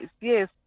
yes